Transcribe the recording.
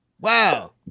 Wow